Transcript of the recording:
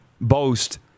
boast